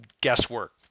guesswork